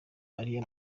ari